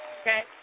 Okay